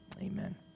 Amen